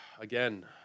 again